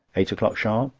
eight o'clock sharp.